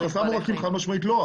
חסם עורקים חד משמעית לא,